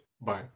Bye